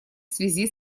связи